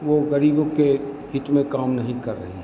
वह गरीबों के हित में काम नहीं कर रही हैं